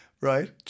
right